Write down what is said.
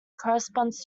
corresponds